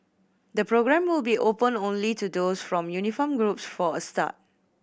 the programme will be open only to those from uniformed groups for a start